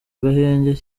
agahenge